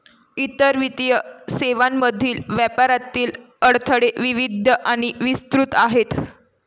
इतर वित्तीय सेवांमधील व्यापारातील अडथळे विविध आणि विस्तृत आहेत